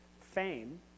fame